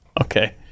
okay